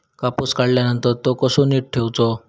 कापूस काढल्यानंतर तो कसो नीट ठेवूचो?